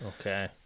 Okay